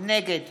נגד